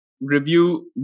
review